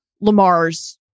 Lamar's